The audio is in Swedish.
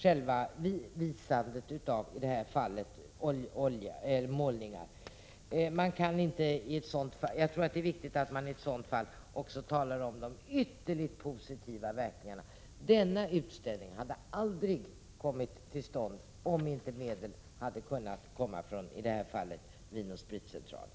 Jag tror att det är viktigt att i ett sådant fall också tala om de ytterligt positiva verkningarna! Denna utställning hade aldrig kommit till stånd om inte medel hade ställts till förfogande utifrån — i det här fallet från Vin & Spritcentralen.